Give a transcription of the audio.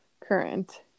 current